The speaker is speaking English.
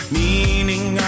meaning